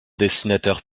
dessinateur